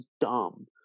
dumb